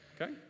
okay